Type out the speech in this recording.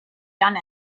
done